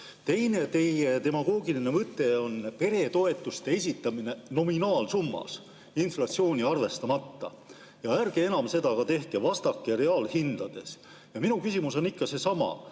Teie teine demagoogiline võte on peretoetuste esitamine nominaalsummas, inflatsiooni arvestamata. Ärge enam seda ka tehke, vastake reaalhindades. Minu küsimus on ikka seesama,